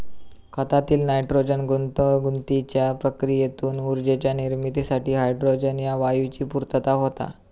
खतातील नायट्रोजन गुंतागुंतीच्या प्रक्रियेतून ऊर्जेच्या निर्मितीसाठी हायड्रोजन ह्या वायूची पूर्तता होता